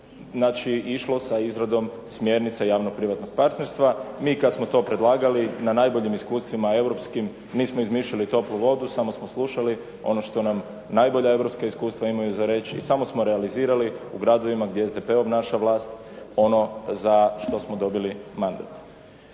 da se išlo sa izradom smjernice javno privatnog partnerstva. Mi kada smo to predlagali na najboljim iskustvima europskim, nismo izmišljali toplu vodu, samo smo slušali ono što nam najbolja europska iskustva imaju za reći i samo smo realizirali gdje SDP obnaša vlast ono za što smo dobili mandat.